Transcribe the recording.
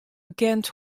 bekend